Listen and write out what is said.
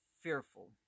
fearful